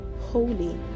holy